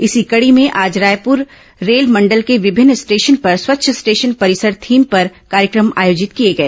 इसी कड़ी में आज रायपुर रेलमंडल के विभिन्न स्टेशन पर स्वच्छ स्टेशन परिसर थीम पर कार्यक्रम आयोजित किए गए